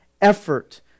effort